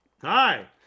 Hi